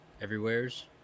Everywheres